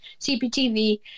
CPTV